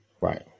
Right